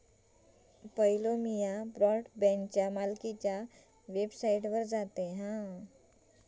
पयलो म्या ब्रॉडबँडच्या मालकीच्या वेबसाइटवर जातयं